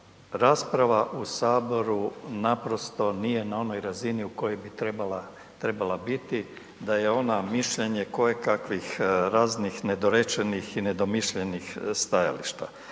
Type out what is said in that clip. rasprava u saboru naprosto nije na onoj razini u kojoj bi trebala biti, da je ona mišljenje kojekakvih raznih nedorečenih i nedomišljenih stajališta,